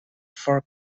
for